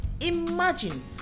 imagine